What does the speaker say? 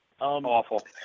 awful